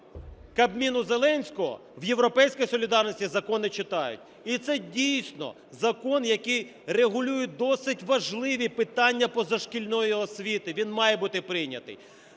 Кабміну Зеленського в "Європейській солідарності" закони читають. І це дійсно закон, який регулює досить важливі питання позашкільної освіти, він має бути прийнятий.